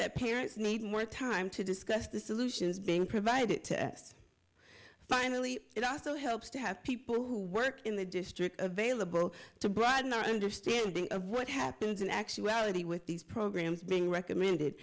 that parents need more time to discuss the solutions being provided to us finally it also helps to have people who work in the district available to broaden our understanding of what happens in actuality with these programs being recommended